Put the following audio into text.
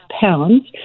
pounds